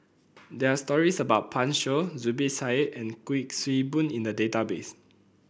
there are stories about Pan Shou Zubir Said and Kuik Swee Boon in the database